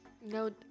no